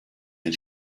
den